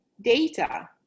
data